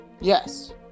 Yes